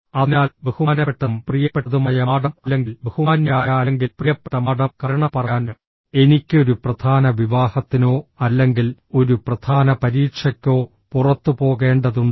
അതിനാൽ ബഹുമാനപ്പെട്ടതും പ്രിയപ്പെട്ടതുമായ മാഡം അല്ലെങ്കിൽ ബഹുമാന്യയായ അല്ലെങ്കിൽ പ്രിയപ്പെട്ട മാഡം കാരണം പറയാൻ എനിക്ക് ഒരു പ്രധാന വിവാഹത്തിനോ അല്ലെങ്കിൽ ഒരു പ്രധാന പരീക്ഷയ്ക്കോ പുറത്തുപോകേണ്ടതുണ്ട്